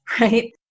right